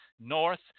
North